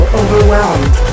overwhelmed